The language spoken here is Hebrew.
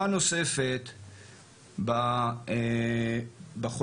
כמובן אמרתי את זה באירוניה.